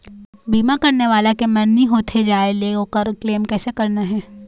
बीमा करने वाला के मरनी होथे जाय ले, ओकर क्लेम कैसे करना हे?